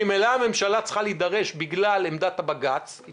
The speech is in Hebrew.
שממילא הממשלה צריכה להידרש בגלל עמדת הבג"ץ היא